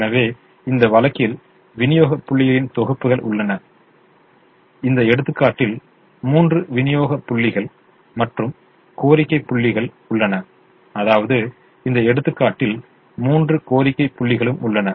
எனவே இந்த வழக்கில் விநியோக புள்ளிகளின் தொகுப்புகள் உள்ளன இந்த எடுத்துக்காட்டில் மூன்று விநியோக புள்ளிகள் மற்றும் கோரிக்கை புள்ளிகள் உள்ளன அதாவது இந்த எடுத்துக்காட்டில் மூன்று கோரிக்கை புள்ளிகளும் உள்ளன